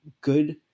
good